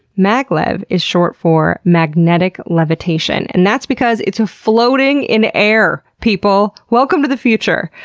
maglev is short for magnetic levitation and that's because it's floating in air, people. welcome to the future.